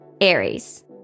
Aries